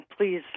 please